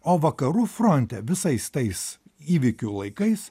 o vakarų fronte visais tais įvykių laikais